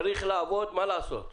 צריך לעבוד, מה לעשות.